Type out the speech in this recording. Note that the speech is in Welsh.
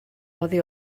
oddi